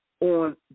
on